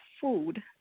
food